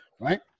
Right